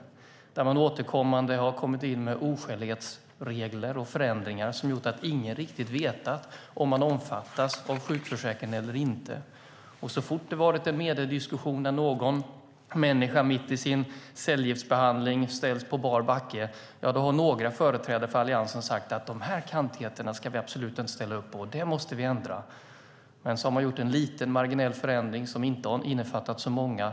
Alliansen har återkommande kommit in med oskälighetsregler och förändringar som har gjort att ingen riktigt vetat om man omfattas av sjukförsäkringen eller inte. Så fort det har varit en mediediskussion om att någon människa mitt i sin cellgiftsbehandling ställs på bar backe har några företrädare för Alliansen sagt att de här kantigheterna ska man absolut inte ställa upp på. Det måste man ändra. Sedan har man gjort en lite marginell förändring som inte har innefattat så många.